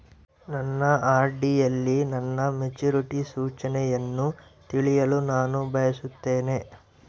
ನನ್ನ ಆರ್.ಡಿ ಯಲ್ಲಿ ನನ್ನ ಮೆಚುರಿಟಿ ಸೂಚನೆಯನ್ನು ತಿಳಿಯಲು ನಾನು ಬಯಸುತ್ತೇನೆ